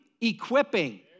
equipping